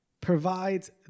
provides